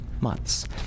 months